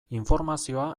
informazioa